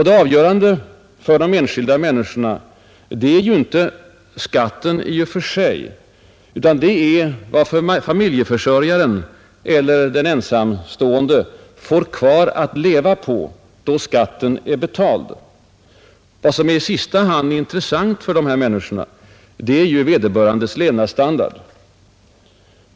Det avgörande för de enskilda människorna är ju inte skatten i och för sig utan vad familjeförsörjaren eller den ensamstående får kvar att leva på sedan skatten är betald. Och vad som i sista hand är intressant för människorna är ju vederbörandes levnadsstandard.